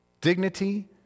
dignity